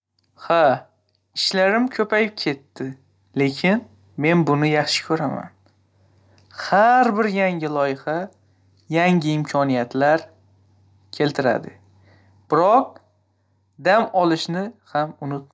Ha, ishlarim ko'payib ketdi, lekin men buni yaxshi ko'raman. Har bir yangi loyiha yangi imkoniyatlar keltiradi. Biroq, dam olishni ham unutmang.